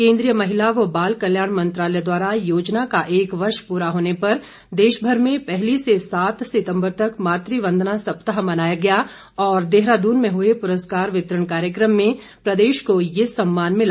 केन्द्रीय महिला व बाल कल्याण मंत्रालय द्वारा योजना का एक वर्ष पूरा होने पर देशमर में पहली से सात सितम्बर तक मातु वंदना सप्ताह मनाया गया और देहरादून में हुए पुरस्कार वितरण कार्यक्रम में प्रदेश को ये सम्मान मिला